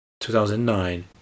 2009